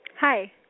Hi